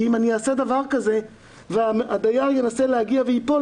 כי אם אני אעשה דבר והדייר ינסה להגיע וייפול,